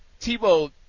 Tebow